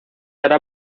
hará